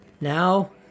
Now